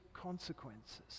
consequences